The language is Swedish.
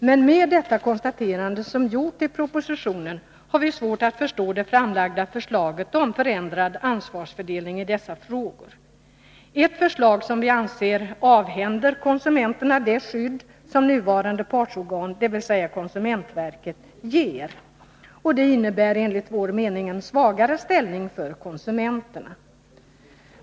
Men med detta konstaterande som gjorts i propositionen har vi svårt att förstå det framlagda förslaget om' förändrad ansvarsfördelning i dessa frågor — ett förslag som vi anser avhänder konsumenterna det skydd som nuvarande partsorgan, dvs. konsumentverket, ger, och det innebär enligt vår mening en svagare ställning för konsumenterna.